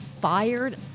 fired